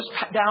down